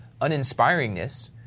uninspiringness